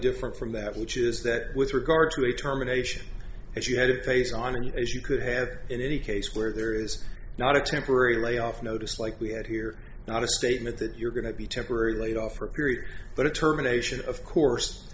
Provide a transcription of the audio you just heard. different from that which is that with regard to a terminations if you had a face on you as you could have in any case where there is not a temporary layoff notice like we had here not a statement that you're going to be temporary laid off for a period but it terminations of course